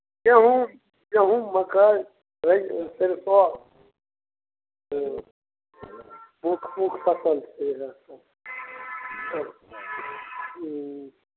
गेहूॅं गेहूॅं मकइ राइ सेरसौं हॅं मुख्य मुख्य फसल छै इएह सब अच्छा हूॅं